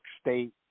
State